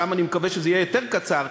שם אני מקווה שזה יהיה יותר קצר,